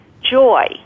joy